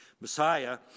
Messiah